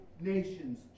nations